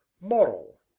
moral